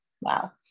wow